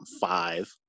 five